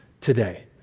today